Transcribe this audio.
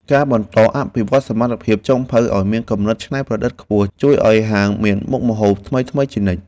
ការបន្តអភិវឌ្ឍសមត្ថភាពចុងភៅឱ្យមានគំនិតច្នៃប្រឌិតខ្ពស់ ជួយឱ្យហាងមានមុខម្ហូបថ្មីៗជានិច្ច។